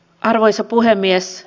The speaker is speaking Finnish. arvoisa puhemies